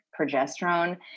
progesterone